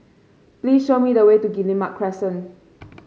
please show me the way to Guillemard Crescent